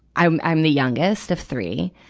i'm, i'm the youngest of three.